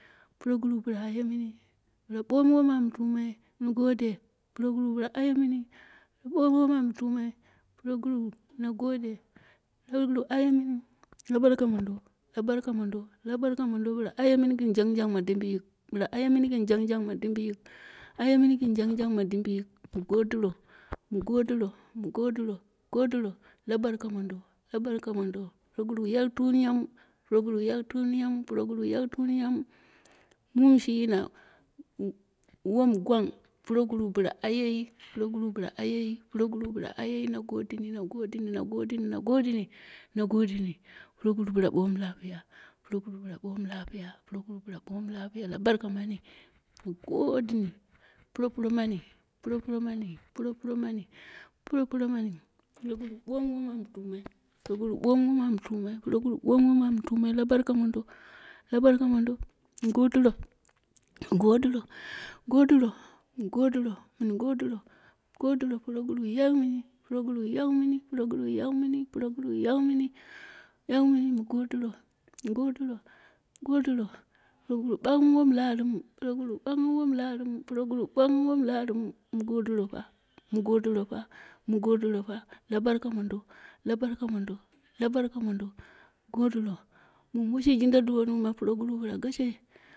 Proguru bila aye miim, bila bumu won ama tumai, mu gode, proguru bila aye mini, bila bomu wam an tuma proguru na gode, proguru ayemini la barka mondo, la barka mondo la barka mondo, bila aye mini gɨn jang jang ma dimbi yile, bila aye mini yin jang jang ma dimbiyi ae mini yin jang jang ma dimbiyik ma godiro, mu godiro, mu godiro mu godiro, la arka mondo la barka mondo, proguru yai tunyamu proguru yai tumiyamu, proguru yai tiumiya mu, muum shi yina wame gwang proguru bila ayeyi, pruguru bila ayeyi proguru bila ayeyi, na godeni, na godi ni, na godini, na godinmi, na godini, proguru lapiya, proguru bila bomu lapiya la barka mamu, mu godimi, pro pro mami pro pro mami pro pro mami pro pro mami progiuru bomu wommi am tammai proguru bomu wom amu tumai, proguru ɓoma wumu ama tunani la barka mondo kabarka mondo, mu godiro, mi godiro yidiro, mu godiro, min godiro, godiro proguru yai mini, proguru yai mini proguru yai mini, proguru bila ya mini, yai mimi mu godiro, mu godiya mu godiro, proguru bagh mini wom la arma, proguru bagh mu wam la amma proguru bagh mu wom la armu, mu godiro pa, mu godiro pa, mu godiro pa a barka mondo, la barka mondo, la barka mondo, mu godiro muum washi jinda duwaniu proguru gashe.